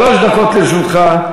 שלוש דקות לרשותך.